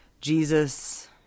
Jesus